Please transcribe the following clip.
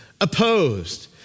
opposed